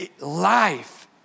Life